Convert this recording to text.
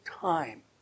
time